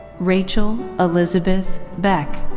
rachel elizabeth beck.